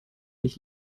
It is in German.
nicht